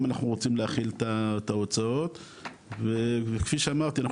שאליהם אנחנו רוצים להחיל את ההוצאות וכפי שאמרתי,